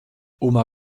oma